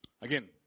Again